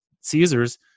Caesars